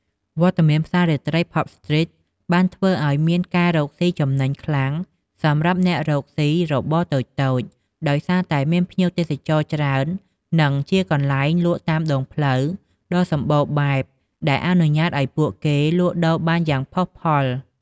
វត្តមានផ្សាររាត្រី "ផាប់ស្ទ្រីត" បានធ្វើឲ្យមានការរកស៊ីចំណេញខ្លាំងសម្រាប់អ្នករកសុីរបរតូចៗ ដោយសារតែមានភ្ញៀវទេសចរណ៍ច្រើន និងជាកន្លែងលក់តាមដងផ្លូវដ៏សម្បូរបែបដែលអនុញ្ញាតឲ្យពួកគេលក់ដូរបានយ៉ាងផុសផុល។